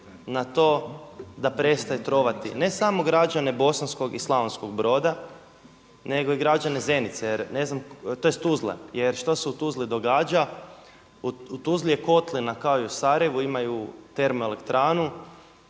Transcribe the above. na to da prestaje trovati ne samo građane Bosanskog i Slavonskog Broda, nego i građane Zenice, tj. Tuzle. Jer što se u Tuzli događa? U Tuzli je kotlina kao i u Sarajevu, imaju termoelektranu